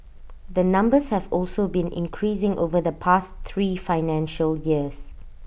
the numbers have also been increasing over the past three financial years